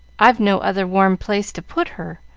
i've no other warm place to put her,